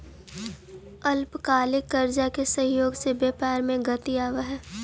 अल्पकालिक कर्जा के सहयोग से व्यापार में गति आवऽ हई